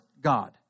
God